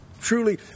truly